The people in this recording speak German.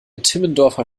timmendorfer